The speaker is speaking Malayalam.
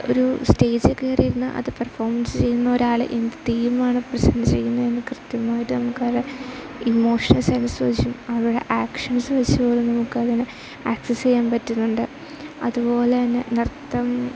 ഒരു സ്റ്റേജിൽ കയറി ഇരുന്നു അത് പെർഫോമൻസ് ചെയ്യുന്ന ഒരാൾ എന്ത് തീമാണ് പ്രസെൻ്റ് ചെയ്യുന്നതെന്ന് കൃത്യമായിട്ട് നമുക്ക് അവരെ ഇമോഷണൽ സെൻസ് വച്ചും അവരുടെ ആക്ഷൻസ് വച്ചു പോലും നമുക്ക് അതിനെ ആക്സസ്സ് ചെയ്യാൻ പറ്റുന്നുണ്ട് അതുപോലെ തന്നെ നൃത്തം